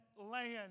land